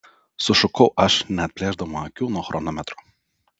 sušukau aš neatplėšdama akių nuo chronometro